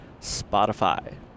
Spotify